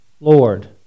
Lord